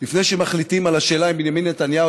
לפני שמחליטים על השאלה אם בנימין נתניהו